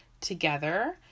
together